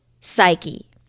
psyche